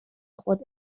خود